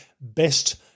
best